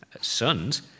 Sons